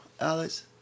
Alex